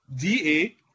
DA